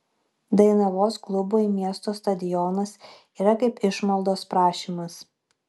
dainavos klubui miesto stadionas yra kaip išmaldos prašymas